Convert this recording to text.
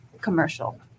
commercial